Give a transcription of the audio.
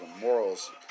morals